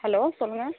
hello சொல்லுங்கள்